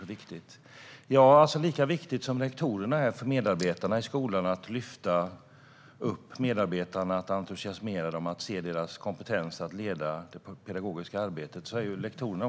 Ja, det är viktigt på samma sätt som rektorerna är viktiga för medarbetarna i skolan när det gäller att lyfta upp och entusiasmera dem, se deras kompetens och leda det pedagogiska arbetet.